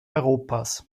europas